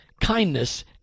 Kindness